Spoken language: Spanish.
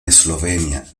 eslovenia